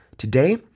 Today